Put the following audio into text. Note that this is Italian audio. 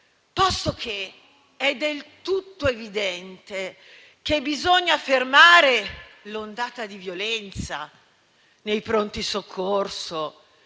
poiché è del tutto evidente infatti che bisogna fermare l'ondata di violenza nei pronto soccorso,